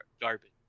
garbage